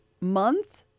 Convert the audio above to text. month